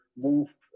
move